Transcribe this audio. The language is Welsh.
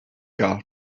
gael